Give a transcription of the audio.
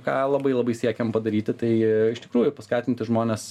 ką labai labai siekiam padaryti tai iš tikrųjų paskatinti žmones